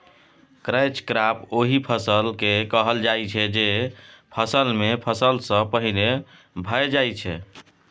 catch crop ओहि फसल केँ कहल जाइ छै जे फसल मेन फसल सँ पहिने भए जाइ छै